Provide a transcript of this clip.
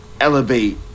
elevate